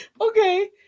Okay